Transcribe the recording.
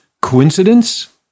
coincidence